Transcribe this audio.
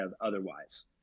otherwise